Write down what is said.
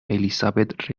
elizabeth